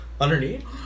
Underneath